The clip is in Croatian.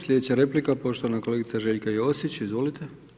Slijedeća replika poštovana kolegica Željka Josić, izvolite.